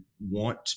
want